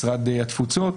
משרד התפוצות,